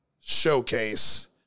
showcase